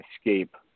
Escape